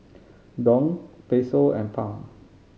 Dong Peso and Pound